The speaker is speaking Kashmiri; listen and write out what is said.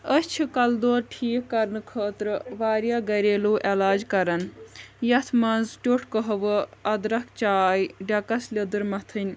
أسۍ چھِ کلہٕ دود ٹھیٖک کرنہٕ خٲطرٕ واریاہ گریلوٗ علاج کران یتھ منٛز ٹٮ۪وٚٹھ کہوٕ أدرکھ چاے ڈٮ۪کس لیدٕر متھٕنۍ